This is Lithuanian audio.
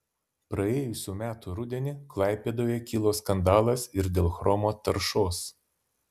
praėjusių metų rudenį klaipėdoje kilo skandalas ir dėl chromo taršos